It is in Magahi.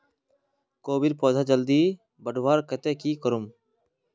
कोबीर पौधा जल्दी बढ़वार केते की करूम?